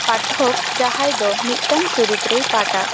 ᱯᱟᱴᱷᱚᱠ ᱡᱟᱦᱟᱸᱭ ᱫᱚ ᱢᱤᱫᱴᱟᱝ ᱪᱚᱨᱤᱛ ᱨᱮᱭ ᱯᱟᱴᱟ